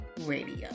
Radio